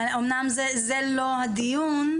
אמנם זה לא הדיון,